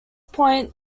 point